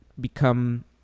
become